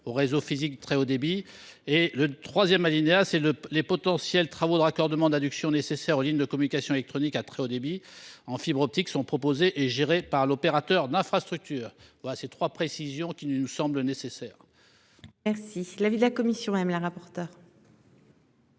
au réseau physique très haut débit. Enfin, le troisième alinéa concerne les potentiels travaux de raccordement d'adduction nécessaires aux lignes de communications électroniques à très haut débit en fibre optique, qui doivent être proposés et gérés par l'opérateur d'infrastructure. Ces trois précisions nous semblent nécessaires. Quel est l'avis de la commission ? Cet